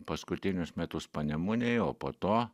paskutinius metus panemunėj o po to